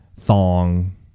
thong